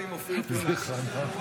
חבר הכנסת רוט,